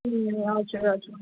ए हजुर हजुर